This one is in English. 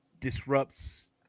disrupts